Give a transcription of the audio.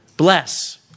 Bless